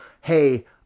hey